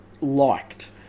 liked